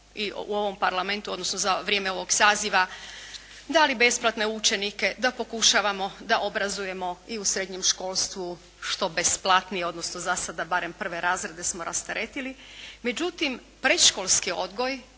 i u ovom Parlamentu, odnosno za vrijeme ovog saziva dali besplatne učenike da pokušavamo da obrazujemo i u srednjem školstvu što besplatnije, odnosno za sada barem prve razrede smo rasteretili. Međutim, predškolski odgoj